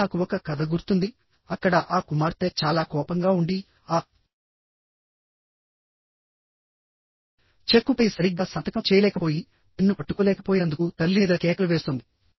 మళ్ళీ నాకు ఒక కథ గుర్తుంది అక్కడ ఆ కుమార్తె చాలా కోపంగా ఉండి ఆ చెక్కుపై సరిగ్గా సంతకం చేయలేకపోయి పెన్ను పట్టుకోలేకపోయినందుకు తల్లి మీద కేకలు వేస్తుంది